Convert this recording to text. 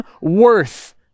worth